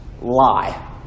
lie